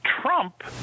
Trump